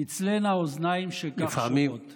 תצילנה אוזניים שכך שומעות.